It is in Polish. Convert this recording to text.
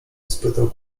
spytał